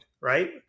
right